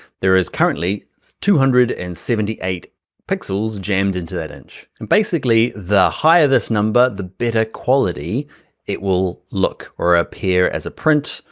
there is currently two hundred and seventy eight pixels jammed into that inch. and basically, the higher this number, the better quality it will look, or appear as a print,